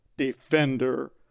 Defender